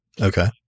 Okay